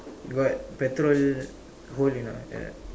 got petrol hole you know the